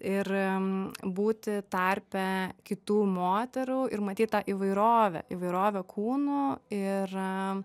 ir būti tarpe kitų moterų ir matyt tą įvairovę įvairovę kūnų ir